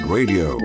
Radio